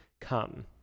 Come